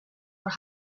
were